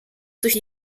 durch